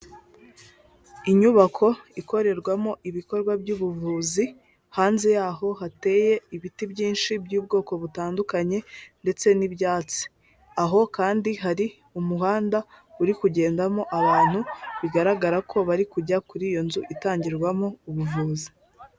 Inyubako ikorerwamo ibikorwa by'ubuvuzi hanze yaho hateye ibiti byinshi by'ubwoko butandukanye ndetse n'ibyatsi aho kandi hari umuhanda uri kugendamo abantu bigaragara ko bari kujya kuri iyo nzu itangirwamo ubuvuzi.